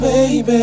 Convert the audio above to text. Baby